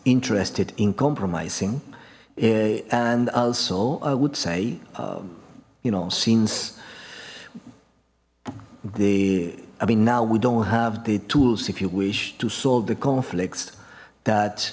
interested in compromising and also i would say you know since the i mean now we don't have the tools if you wish to solve the conflicts that